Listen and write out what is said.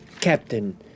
captain